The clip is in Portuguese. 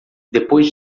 depois